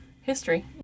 history